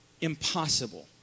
impossible